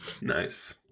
Nice